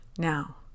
Now